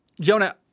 Jonah